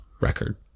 record